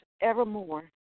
evermore